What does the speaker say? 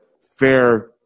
fair